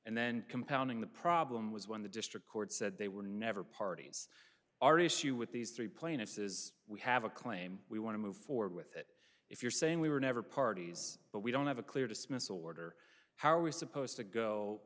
and then compounding the problem was when the district court said they were never parties our issue with these three plaintiffs is we have a claim we want to move forward with it if you're saying we were never parties but we don't have a clear dismissal order how are we supposed to go